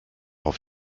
auf